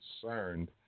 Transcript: concerned